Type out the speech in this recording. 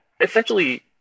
Essentially